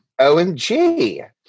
OMG